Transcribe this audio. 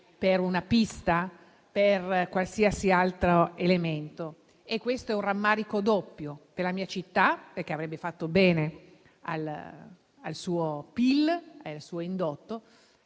per una pista o per qualsiasi altro elemento. Questo è un rammarico doppio: per la mia città, perché avrebbe fatto bene al suo PIL e al suo indotto,